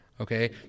okay